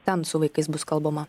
ten su vaikais bus kalbama